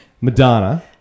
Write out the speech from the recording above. Madonna